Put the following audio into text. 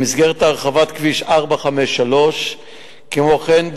במסגרת הרחבת כביש 453. כמו כן,